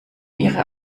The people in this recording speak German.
ihre